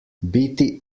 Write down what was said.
biti